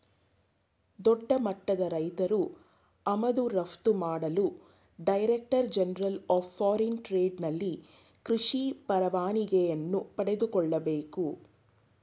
ದೊಡ್ಡಮಟ್ಟದ ರೈತ್ರು ಆಮದು ರಫ್ತು ಮಾಡಲು director general of foreign trade ನಲ್ಲಿ ಕೃಷಿ ಪರವಾನಿಗೆಯನ್ನು ಪಡೆದುಕೊಳ್ಳಬೇಕು